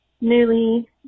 newly